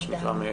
מה שנקרא,